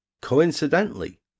Coincidentally